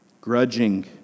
grudging